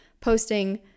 posting